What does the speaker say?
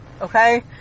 Okay